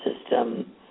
system